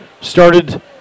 Started